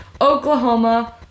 Oklahoma